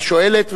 השואלת,